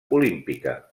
olímpica